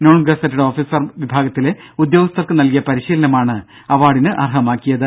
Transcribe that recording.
non gazetted officer വിഭാഗത്തിലെ ഉദ്യോഗസ്ഥർക്ക് നൽകിയ പരിശീലനമാണ് അവാർഡിന് അർഹമാക്കിയത്